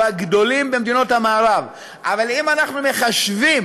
אבל אם אנחנו מחשבים